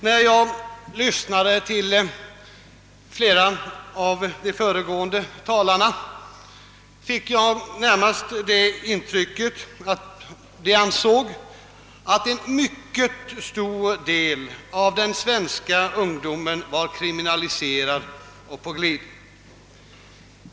När jag lyssnade till de föregående talarna fick jag närmast det intrycket, att flera av dem ansåg att en stor del av den svenska ungdomen var kriminaliserad och på glid.